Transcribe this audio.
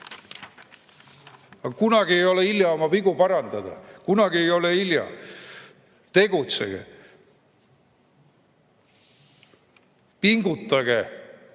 Aga kunagi ei ole hilja oma vigu parandada, kunagi ei ole hilja. Tegutsege! Pingutage